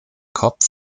kopf